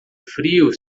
frio